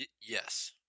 yes